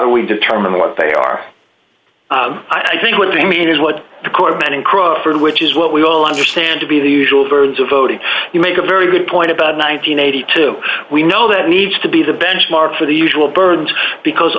do we determine what they are i think what they mean is what the court meant in crawford which is what we all understand to be the usual versions of o t you make a very good point about nine hundred and eighty two we know that needs to be the benchmark for the usual birds because